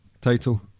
title